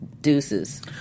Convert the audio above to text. deuces